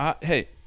Hey